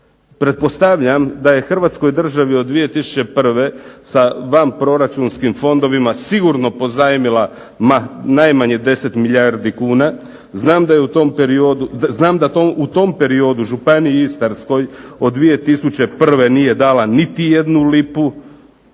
Pretpostavljam da je Hrvatskoj državi od 2001. sa vanproračunskim fondovima sigurno pozajmila ma najmanje 10 milijardi kuna. Znam da u tom periodu Županiji istarskoj od 2001. nije dala niti jednu lipu